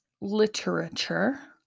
literature